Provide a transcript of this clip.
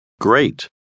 great